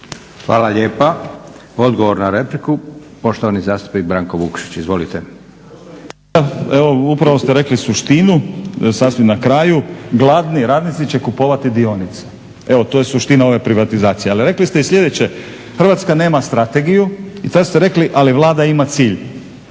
**Vukšić, Branko (Hrvatski laburisti - Stranka rada)** Hvala. Evo upravo ste rekli suštinu sasvim na kraju. Gladni radnici će kupovati dionice. Evo to je suština ove privatizacije. Ali rekli ste i sljedeće. Hrvatska nema strategiju i sad ste rekli ali Vlada ima cilj.